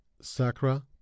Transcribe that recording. Sacra